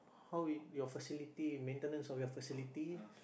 how we your facility the maintenance of your facility